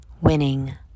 Winning